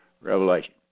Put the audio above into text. Revelation